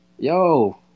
Yo